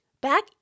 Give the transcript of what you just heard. back